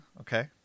Okay